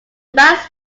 basque